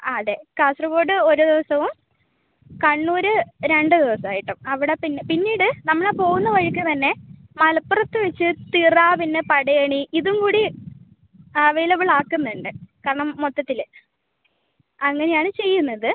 ആ അതെ കാസർഗോഡ് ഒരു ദിവസവും കണ്ണൂര് രണ്ട് ദിവസമായിട്ടും അവിടെ പിന്നെ പിന്നീട് നമ്മൾ ആ പോവുന്ന വഴിക്ക് തന്നെ മലപ്പുറത്ത് വെച്ച് തിറ പിന്നെ പടയണി ഇതും കൂടി അവൈലബിൾ ആക്കുന്നുണ്ട് കാരണം മൊത്തത്തിൽ അങ്ങനെയാണ് ചെയ്യുന്നത്